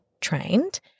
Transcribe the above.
trained